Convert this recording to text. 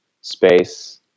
space